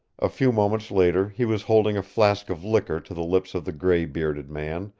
a few moments later he was holding a flask of liquor to the lips of the gray-bearded man,